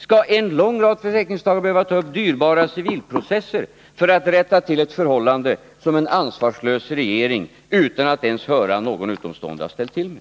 Skall en lång rad försäkringstagare behöva sätta i gång dyrbara civilprocesser för att rätta till ett förhållande som en ansvarslös regering, utan att ens höra någon utomstående, har ställt till med?